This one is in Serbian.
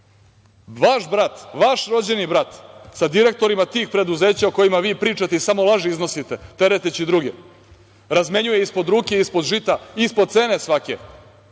vaš brat, vaš rođeni brat sa direktorima tih preduzeća o kojima vi pričate i samo laži iznosite, tereteći druge, razmenjuje ispod ruke, ispod žita, ispod cene svake